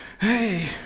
Hey